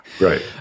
Right